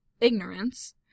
ignorance